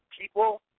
people